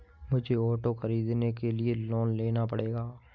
मुझे ऑटो खरीदने के लिए लोन लेना पड़ेगा